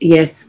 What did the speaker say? Yes